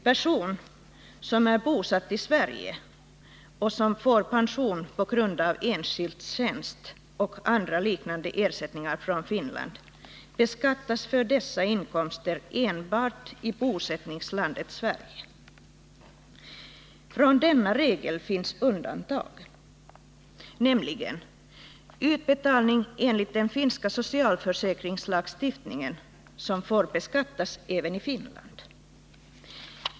Person som är bosatt i Sverige och får pension på grund av enskild tjänst och andra liknande ersättningar från Finland beskattas för dessa inkomster enbart i bosättningslandet Sverige. Från denna regel finns det undantag. Utbetalning enligt den finska socialförsäkringslagstiftningen beskattas nämligen även i Finland.